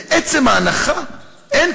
לעצם ההנחה אין,